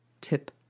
Tip